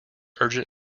urgent